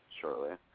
shortly